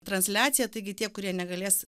transliacija taigi tie kurie negalės